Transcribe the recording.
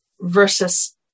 versus